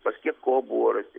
pas kiek ko buvo rasti